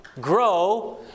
grow